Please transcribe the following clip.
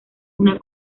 una